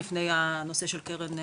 לפני הנושא של הקרן,